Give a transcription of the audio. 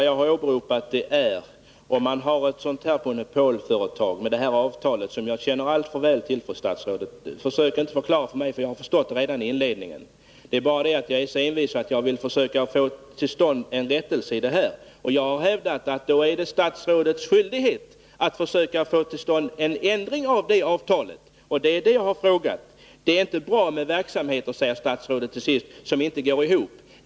Fru talman! Vi har här detta monopolföretag med ett avtal som jag känner alltför väl till — försök inte förklara detta för mig, för jag har redan förstått det. Jag är emellertid så envis att jag vill försöka få till stånd en rättelse. Jag har då hävdat att det är statsrådets skyldighet att försöka få till stånd en ändring av det avtalet. Det är det jag frågat om. Det är inte bra med verksamheter som inte går ihop, säger fru statsrådet till sist.